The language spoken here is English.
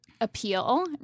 appeal